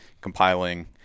Compiling